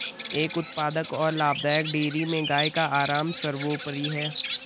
एक उत्पादक और लाभदायक डेयरी में गाय का आराम सर्वोपरि है